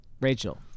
Rachel